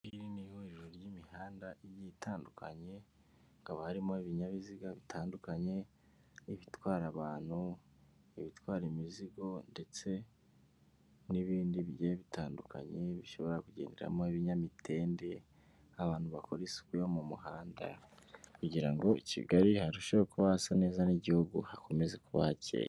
Iri ngiri ni ihuriro ry'imihanda igiye itandukanye, hakaba harimo ibinyabiziga bitandukanye, ibitwara abantu, ibitwara imizigo ndetse n'ibindi bigiye bitandukanye, bishobora kugenderamo ibinyamitende, abantu bakora isuku yo mu muhanda kugira ngo i Kigali harusheho kuba hasa neza a ri igihugu hakomeza kuba hakeye.